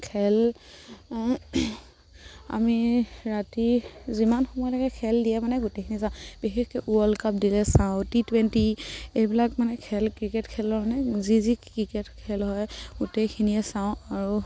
খেল আমি ৰাতি যিমান সময় লাগে খেল দিয়ে মানে গোটেইখিনি চাওঁ বিশেষকে ৱৰ্ল্ড কাপ দিলে চাওঁ টি টুৱেণ্টি এইবিলাক মানে খেল ক্ৰিকেট খেলৰ মানে যি যি ক্ৰিকেট খেল হয় গোটেইখিনিয়ে চাওঁ আৰু